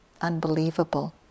unbelievable